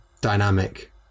dynamic